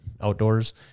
Outdoors